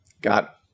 got